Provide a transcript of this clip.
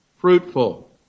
Fruitful